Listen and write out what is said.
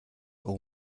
all